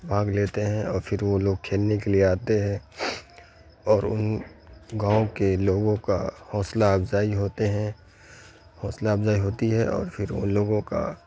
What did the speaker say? بھاگ لیتے ہیں اور پھر وہ لوگ کھیلنے کے لیے آتے ہیں اور ان گاؤں کے لوگوں کا حوصلہ افزائی ہوتے ہیں حوصلہ افزائی ہوتی ہے اور پھر ان لوگوں کا